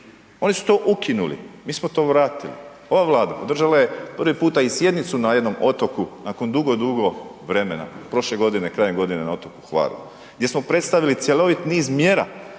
Oni su to ukinuli, mi smo to vratili. Ova Vlada podržala je prvi puta i sjednicu na jednom otoku nakon dugo, dugo vremena, prošle godine krajem godine na otoku Hvaru. Gdje smo predstavili cjelovit niz mjera